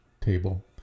table